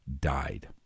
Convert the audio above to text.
died